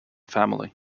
family